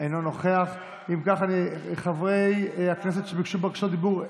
טוב, רם, יש פה מישהי שיורדת עליך.